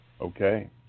Okay